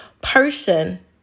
person